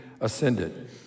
ascended